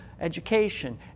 education